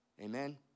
Amen